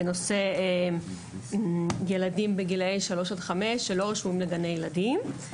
בנושא ילדים בגילאי 3-5 שלא רשומים לגני ילדים.